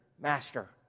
Master